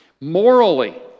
Morally